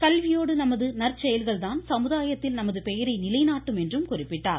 கல்வியோடு நமது நற்செயல்கள்தான் சமுதாயத்தில் நமது பெயரை நிலைநாட்டும் என்றும் குறிப்பிட்டார்